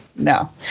no